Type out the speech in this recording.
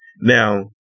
now